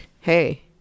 Hey